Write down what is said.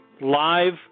live